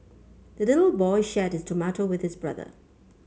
the little boy shared his tomato with his brother